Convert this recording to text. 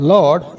Lord